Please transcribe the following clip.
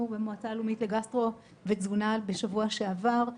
במועצה הלאומית לגסטרו ותזונה בשבוע שעבר,